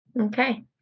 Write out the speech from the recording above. Okay